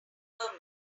herman